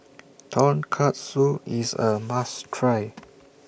Tonkatsu IS A must Try